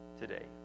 today